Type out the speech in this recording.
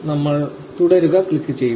നമ്മൾ 'തുടരുക' ക്ലിക്ക് ചെയ്യുക